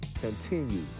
Continue